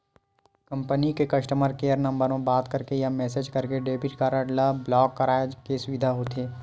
company के customer care number म बात करके या मेसेज करके डेबिट कारड ल ब्लॉक कराए के सुबिधा होथे